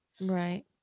Right